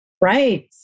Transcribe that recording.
Right